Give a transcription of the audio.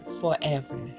forever